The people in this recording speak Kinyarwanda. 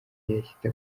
yahita